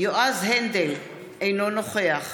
יועז הנדל, אינו נוכח